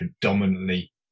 predominantly